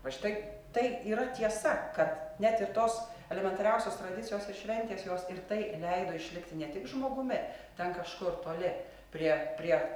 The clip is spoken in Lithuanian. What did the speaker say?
va štai tai yra tiesa kad net ir tos elementariausios tradicijos ir šventės jos ir tai leido išlikti ne tik žmogumi ten kažkur toli prie prie